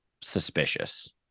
suspicious